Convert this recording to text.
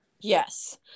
Yes